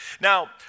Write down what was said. Now